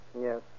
Yes